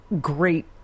great